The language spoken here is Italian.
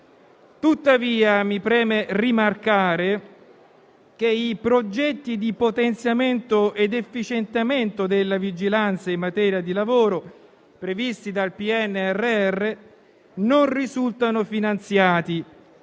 Tuttavia, mi preme rimarcare che i progetti di potenziamento ed efficientamento della vigilanza in materia di lavoro, previsti dal PNRR, non risultano finanziati.